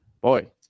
Boy